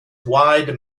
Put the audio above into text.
wide